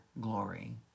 glory